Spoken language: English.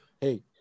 Hey